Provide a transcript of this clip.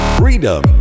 freedom